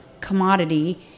commodity